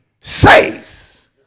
says